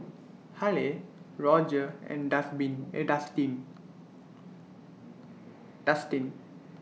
Halle Roger and A Dustin Dustin